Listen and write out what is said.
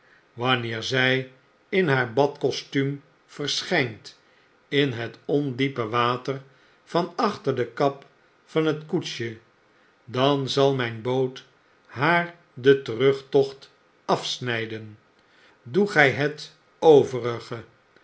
wanneer zjj in haar badkostuum verschijnt in het ondiepe water van achter de kap van het koetsje dan zal myn boot haar den terugtocht afsngden doe gij het overige